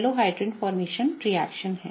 तो यह एक Halohydrin फॉरमेशन रिएक्शन है